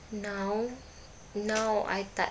now now I tak